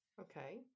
Okay